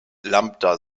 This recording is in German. lambda